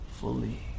fully